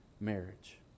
marriage